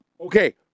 Okay